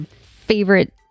favorite